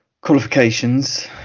qualifications